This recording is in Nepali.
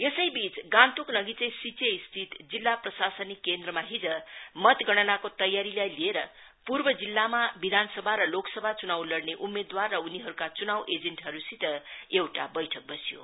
यसैवीच गान्तोकनगीचै सीच्छेस्थित जिल्ला प्रशासनिक केन्द्रमा हिज मतगणनाको तयारीलाई लिएर पूर्व जिल्लामा विधानसभा र लोकसभा चुनाव लड़ने उम्मेदवार र उनीहरूका चुनाव एजेन्टहरूसित एउटा बैठक बस्यो